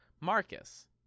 Marcus